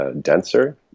denser